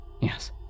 Yes